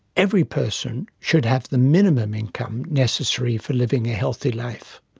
every person should have the minimum income necessary for living a healthy life.